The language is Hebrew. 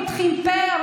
פותחים פה,